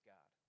God